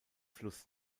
fluss